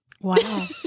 Wow